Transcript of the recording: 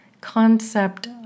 concept